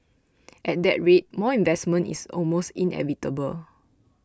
at that rate more investment is almost inevitable